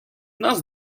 нас